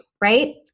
right